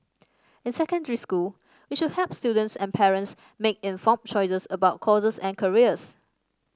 in secondary school we should help students and parents make informed choices about courses and careers